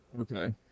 okay